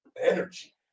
energy